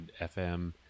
FM